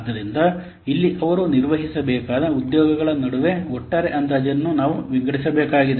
ಆದ್ದರಿಂದ ಇಲ್ಲಿ ಅವರು ನಿರ್ವಹಿಸಬೇಕಾದ ಉದ್ಯೋಗಗಳ ನಡುವೆ ಒಟ್ಟಾರೆ ಅಂದಾಜನ್ನು ನಾವು ವಿಂಗಡಿಸಬೇಕಾಗಿದೆ